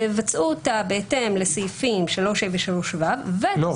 תבצעו אותה בהתאם לסעיפים 3ה ו-3ו ותוסיפו --- לא,